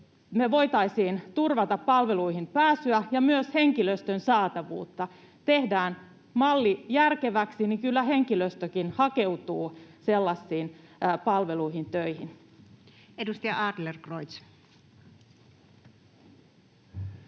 me voitaisiin turvata palveluihin pääsyä ja myös henkilöstön saatavuutta. Tehdään malli järkeväksi, niin kyllä henkilöstökin hakeutuu sellaisiin palveluihin töihin. [Speech